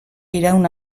iraun